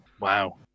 wow